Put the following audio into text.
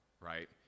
right